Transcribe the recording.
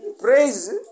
Praise